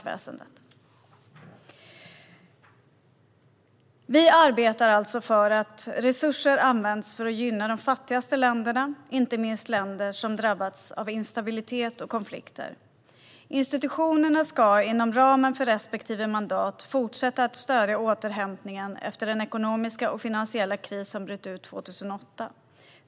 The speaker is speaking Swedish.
Vi arbetar för att resurser ska användas för att gynna de fattigaste länderna, inte minst länder som drabbats av instabilitet och konflikter. Institutionerna ska, inom ramen för respektive mandat, fortsätta stödja återhämtningen efter den ekonomiska och finansiella kris som bröt ut 2008.